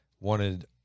wanted